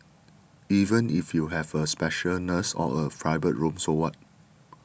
even if you have a special nurse or a private room so what